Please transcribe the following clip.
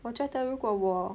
我觉得如果我